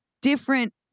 different